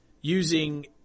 using –